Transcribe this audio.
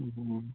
ꯎꯝ ꯍꯨꯝ